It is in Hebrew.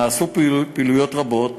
נעשו פעילויות רבות.